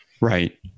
Right